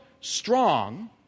strong